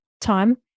time